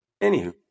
anywho